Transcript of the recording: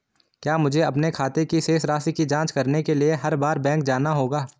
क्या मुझे अपने खाते की शेष राशि की जांच करने के लिए हर बार बैंक जाना होगा?